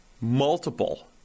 multiple